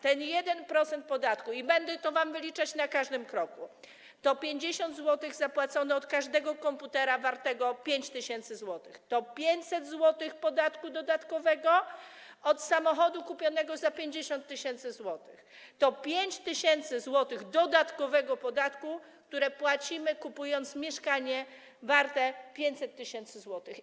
Ten 1% podatku - i będę to wam wyliczać na każdym kroku - to 50 zł zapłacone od każdego komputera wartego 5 tys. zł, to 500 zł podatku dodatkowego od samochodu kupionego za 50 tys. zł, to 5 tys. zł dodatkowego podatku, który płacimy, kupując mieszkanie warte 500 tys. zł.